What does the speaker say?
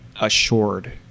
assured